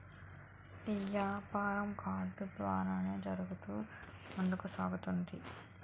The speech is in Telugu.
యాపారం కార్డులు ద్వారానే జరుగుతూ ముందుకు సాగుతున్నది